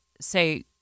say